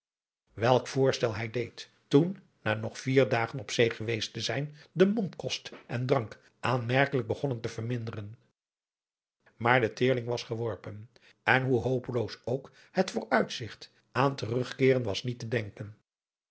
welk voorstel hij deed toen na nog vier dagen op zee geweest te zijn de mondkost en drank aanmerkelijk begonnen te verminderen maar de teerling was geworpen en hoe hopeloos ook het vooruitzigt aan terugkeeren was niet te denken